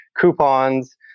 coupons